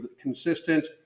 consistent